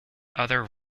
other